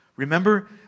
Remember